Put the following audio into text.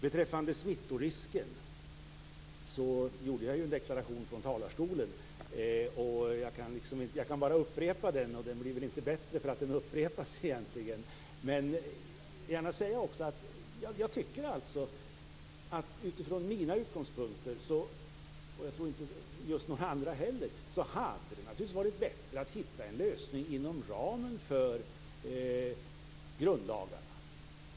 Beträffande smittorisken gjorde jag ju en deklaration från talarstolen. Jag kan bara upprepa den, men den blir väl inte bättre för det. Utifrån mina utgångspunkter hade det naturligtvis varit bättre att hitta en lösning inom ramen för grundlagarna.